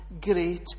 great